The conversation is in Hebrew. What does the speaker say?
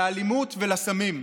לאלימות ולסמים.